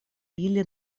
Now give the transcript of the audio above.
ili